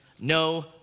No